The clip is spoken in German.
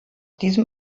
diesem